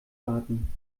warten